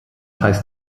heißt